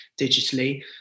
digitally